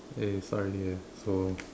eh start already eh so